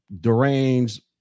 deranged